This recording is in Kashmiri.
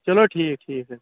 چَلو ٹھیٖک ٹھیٖک حظ چھُ